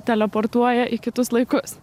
teleportuoja į kitus laikus